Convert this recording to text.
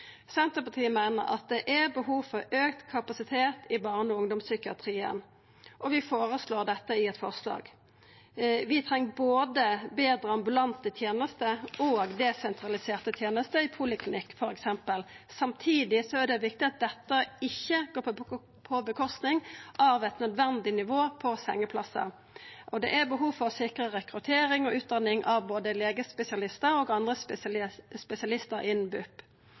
Senterpartiet meiner at det er behov for auka kapasitet i barne- og ungdomspsykiatrien, og vi føreslår dette i eit forslag. Vi treng f.eks. både betre ambulante tenester og desentraliserte tenester i poliklinikk. Samtidig er det viktig at dette ikkje går ut over eit nødvendig nivå på sengeplassar. Det er behov for å sikra rekruttering og utdanning av både legespesialistar og andre spesialistar innan BUP.